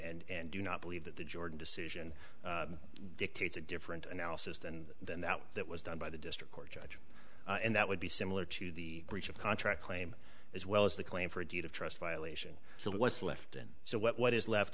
claim and do not believe that the jordan decision dictates a different analysis and than that that was done by the district court judge and that would be similar to the breach of contract claim as well as the claim for a deed of trust violation so what's left and so what is left